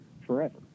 forever